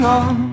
on